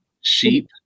Sheep